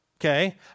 Okay